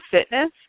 fitness